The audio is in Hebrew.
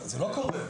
זה לא קורה.